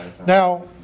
Now